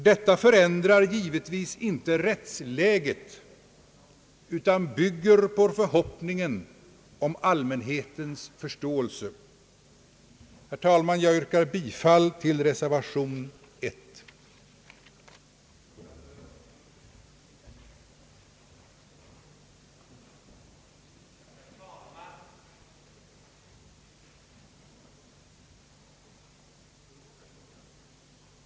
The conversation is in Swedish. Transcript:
Detta förändrar givetvis inte rättsläget utan bygger på förhoppningen om allmänhetens förståelse. Herr talman! Jag yrkar bifall till reservation nr 1.